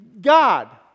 God